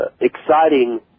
exciting